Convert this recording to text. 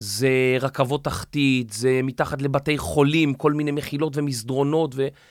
זה רכבות תחתית, זה מתחת לבתי חולים, כל מיני מכילות ומסדרונות ו...